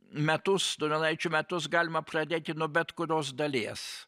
metus donelaičio metus galima pradėti nuo bet kurios dalies